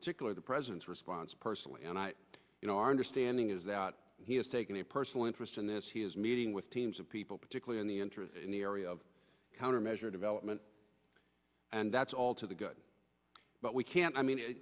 particular the president's response personally and i you know our understanding is that he has taken a personal interest in this he is meeting with teams of people particularly in the interest in the area of countermeasure development and that's all to the good but we can't i mean